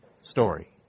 story